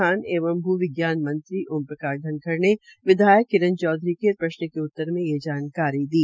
खान एव भ् विज्ञान मंत्री श्री ओम प्रकाश धनखड़ ने विधायक किरण चौधरी के प्रश्न के उत्तर में ये जानकारी दी